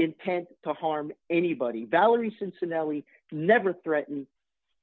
intent to harm anybody valerie cincinnati never threatened